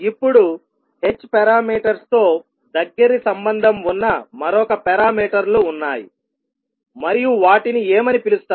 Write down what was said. ఇప్పుడు h parameters తో దగ్గరి సంబంధం ఉన్న మరొక పారామీటర్ లు ఉన్నాయి మరియు వాటిని ఏమని పిలుస్తారు